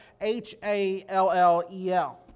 H-A-L-L-E-L